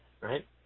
right